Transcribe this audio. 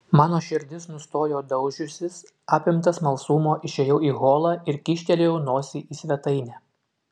mano širdis nustojo daužiusis apimtas smalsumo išėjau į holą ir kyštelėjau nosį į svetainę